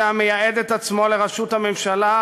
זה המייעד את עצמו לראשות הממשלה,